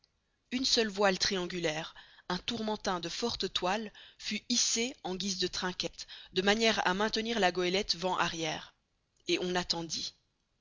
une seule voile triangulaire un tourmentin de forte toile fut hissé en guise de trinquette de manière à maintenir la goélette vent arrière et on attendit